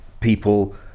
people